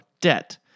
debt